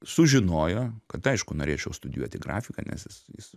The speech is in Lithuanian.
sužinojo kad aišku norėčiau studijuoti grafiką nes jis jis